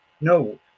No